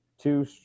Two